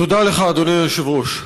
תודה לך, אדוני היושב-ראש.